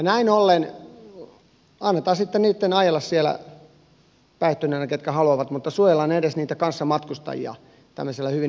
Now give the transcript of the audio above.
näin ollen annetaan sitten niitten ajella siellä päihtyneinä ketkä haluavat mutta suojellaan edes niitä kanssamatkustajia tämmöisellä hyvin yksinkertaisella huomiolla